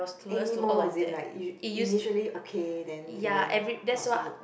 anymore as in like ini~ initially okay then it went not so good